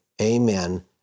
Amen